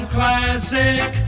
Classic